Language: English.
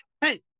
Hey